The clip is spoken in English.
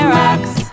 rocks